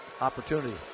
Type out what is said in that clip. opportunity